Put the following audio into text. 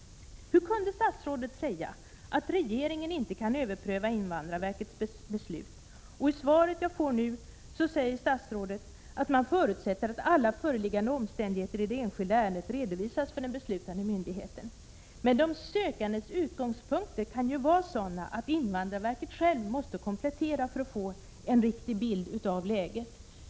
Hur kunde statsrådet säga att regeringen inte kan överpröva invandrarverkets beslut? I svaret jag får nu säger statsrådet att man förutsätter att alla föreliggande omständigheter i det enskilda ärendet redovisas för den beslutande myndigheten. Men de sökandes utgångspunkter kan ju vara sådana att invandrarverket självt måste göra kompletteringar för att få en riktig bild av läget.